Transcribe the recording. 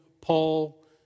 Paul